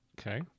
Okay